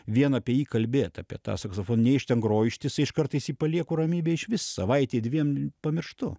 vien apie jį kalbėt apie tą saksofoną nei aš ten groju ištisai aš kartais jį palieku ramybėj išvis savaitei dviem pamirštu